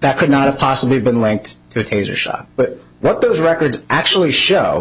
that could not have possibly been linked to taser shop but what those records actually show